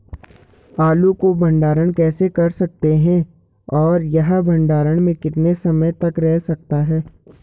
आलू को भंडारण कैसे कर सकते हैं और यह भंडारण में कितने समय तक रह सकता है?